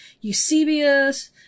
Eusebius